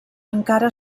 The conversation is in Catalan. encara